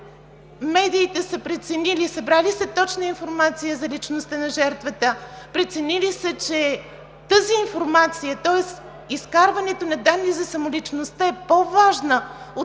медиите са преценили, събрали са точна информация за личността на жертвата, преценили са, че тази информация, тоест изкарването на данни за самоличността е по-важна, отколкото